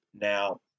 now